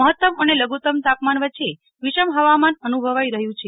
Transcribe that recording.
મહત્તમ અને લધુતમ તાપમાન વચ્ચે વિષમ હવામાન અનુભવાઈ રહ્યું છે